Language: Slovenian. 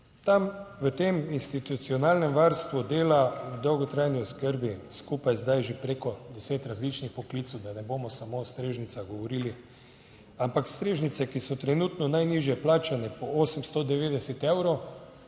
Tam v tem institucionalnem varstvu dela v dolgotrajni oskrbi skupaj zdaj že preko deset različnih poklicev, da ne bomo samo o strežnica govorili. Ampak strežnice, ki so trenutno najnižje plačane po 890 evrov.